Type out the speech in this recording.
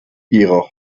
ihrer